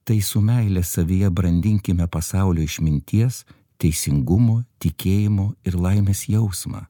tai su meile savyje brandinkime pasaulio išminties teisingumo tikėjimo ir laimės jausmą